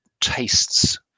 tastes